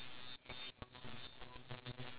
ya other than that